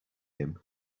him